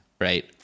right